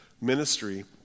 ministry